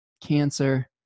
Cancer